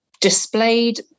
displayed